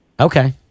Okay